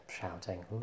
shouting